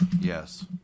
Yes